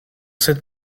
cette